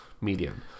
medium